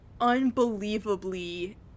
unbelievably